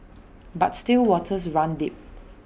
but still waters run deep